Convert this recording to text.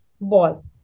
ball